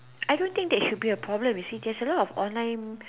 I don't think there should be a problem you see there is a lot of online